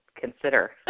consider